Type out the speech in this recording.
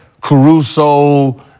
Caruso